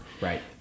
Right